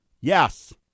yes